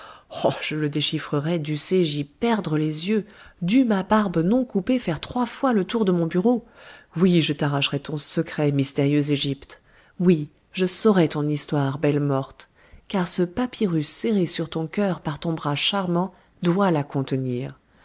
je le déchiffrerai dussé-je y perdre les yeux dût ma barbe non coupée faire trois fois le tour de mon bureau oui je t'arracherai ton secret mystérieuse égypte oui je saurai ton histoire belle morte car ce papyrus serré sur ton cœur par ton bras charmant doit la contenir